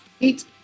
Eight